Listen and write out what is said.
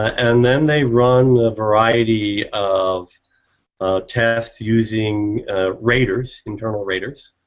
and then they run a variety of test using radars internal radars,